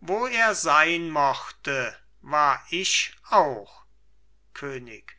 wo er sein mochte war ich auch könig